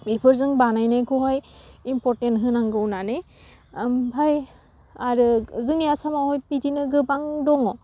बेफोरजों बानायनायखौहाय इम्परटेन्स होनांगौ होन्नानै ओमफाय आरो जोंनि आसामावहाय बिदिनो गोबां दङ